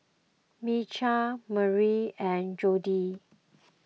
Micah Maria and Jodie